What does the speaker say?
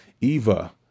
Eva